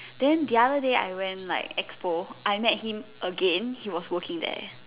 then the other day I went like expo I met him again he was working there